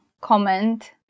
comment